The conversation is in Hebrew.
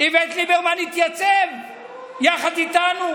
איווט ליברמן התייצב יחד איתנו,